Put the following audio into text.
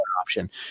Option